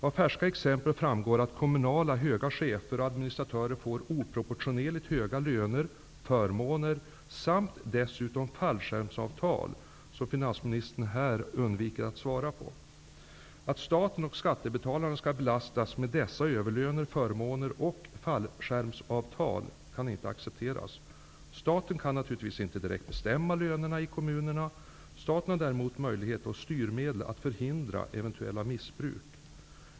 Av färska exempel framgår att kommunala höga chefer och administratörer får oproportionerligt höga löner, förmåner samt dessutom fallskärmsavtal, som finansministern här undviker att ta upp. Att staten och skattebetalarna skall belastas med dessa överlöner, förmåner och fallskärmsavtal kan inte accepteras. Staten kan naturligtvis inte direkt bestämma lönerna i kommunerna. Staten har däremot möjlighet och styrmedel att förhindra eventuella missbruk.